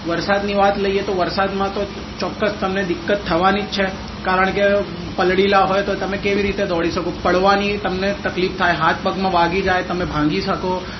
વરસાદની વાત લઈએ તો વરસાદમાં તો ચોક્કસ તમને દિક્કત થવાની જ છે કારણ કે પલળેલા હોય તો તમે કેવી રીતે દોડી શકો પડવાની તમને તકલીફ થાય હાથપગમાં વાગી જાય તમે ભાંગી શકો